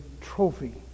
trophy